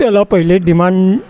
त्याला पहिले डिमांड